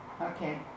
Okay